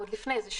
עוד לפני זה,